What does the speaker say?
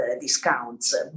discounts